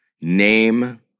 name